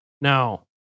Now